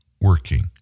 working